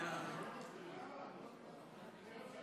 את הצעת